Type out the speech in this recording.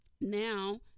now